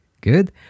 Good